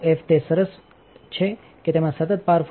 તે સરસ છે કે તેમાંસતત પાવર ફંક્શન હોય છે